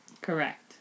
Correct